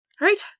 right